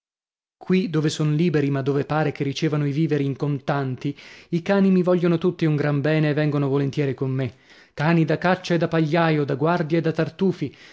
qui dove son liberi ma dove pare che ricevano i viveri in contanti i cani mi vogliono tutti un gran bene e vengono volentieri con me cani da caccia e da pagliaio da guardia e da tartufi